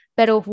Pero